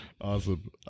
Awesome